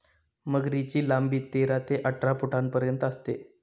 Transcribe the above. मगरीची लांबी तेरा ते अठरा फुटांपर्यंत असते